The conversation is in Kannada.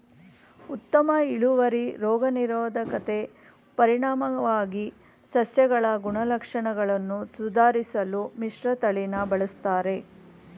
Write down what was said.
ಉತ್ತಮ ಇಳುವರಿ ರೋಗ ನಿರೋಧಕತೆ ಪರಿಣಾಮವಾಗಿ ಸಸ್ಯಗಳ ಗುಣಲಕ್ಷಣಗಳನ್ನು ಸುಧಾರ್ಸಲು ಮಿಶ್ರತಳಿನ ಬಳುಸ್ತರೆ